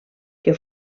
que